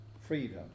freedom